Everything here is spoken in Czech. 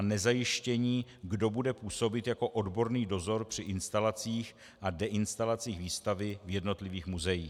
nezajištění, kdo bude působit jako odborný dozor při instalacích a deinstalacích výstavy v jednotlivých muzeích.